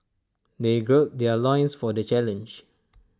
they gird their loins for the challenge